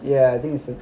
ya I think so